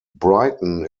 brighton